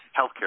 healthcare